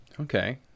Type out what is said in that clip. Okay